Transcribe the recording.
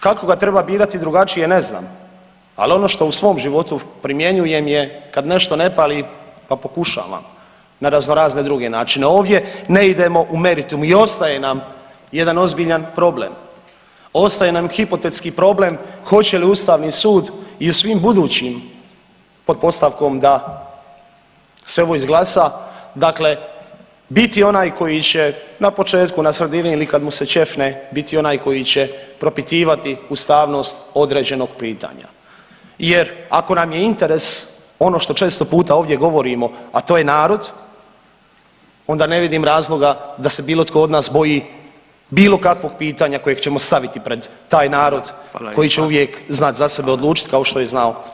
Kako ga treba birati drugačije ne znam, ali ono što u svom životu primjenjujem je kad nešto ne pali, pa pokušavam na razno razne druge načine, a ovdje ne idemo u meritum i ostaje nam jedan ozbiljan problem, ostaje nam hipotetski problem hoće li ustavni sud i u svim budućim pod postavkom da se ovo izglasa dakle biti onaj koji će na početku, na sredini ili kad mu se ćefne biti onaj koji će propitivati ustavnost određenog pitanja jer ako nam je interes ono što često puta ovdje govorimo, a to je narod onda ne vidim razloga da se bilo tko od nas boji bilo kakvog pitanja kojeg ćemo staviti pred taj narod koji će uvijek znat za sebe odlučit kao što je znao i dosad, hvala vam.